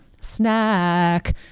Snack